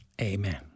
Amen